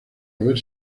haber